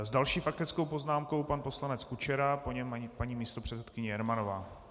S další faktickou poznámkou pan poslanec Kučera, po něm paní místopředsedkyně Jermanová.